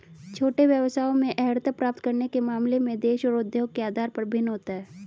छोटे व्यवसायों में अर्हता प्राप्त करने के मामले में देश और उद्योग के आधार पर भिन्न होता है